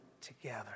together